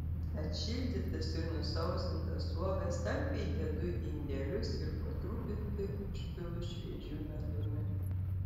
atšildytas ir nusausintas uogas talpiai dedu į indelius ir po truputį užpilu šviežiu medumi